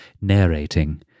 narrating